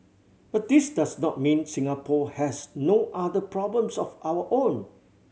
but this does not mean Singapore has no other problems of our own